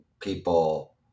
people